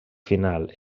final